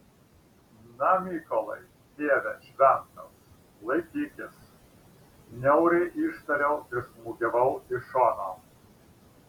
na mykolai tėve šventas laikykis niauriai ištariau ir smūgiavau iš šono